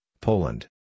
Poland